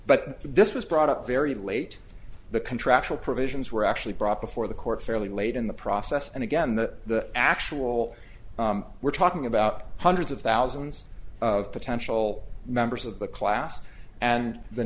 but this was brought up very late the contractual provisions were actually brought before the court fairly late in the process and again the actual we're talking about hundreds of thousands of potential members of the class and the